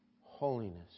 holiness